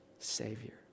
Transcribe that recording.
Savior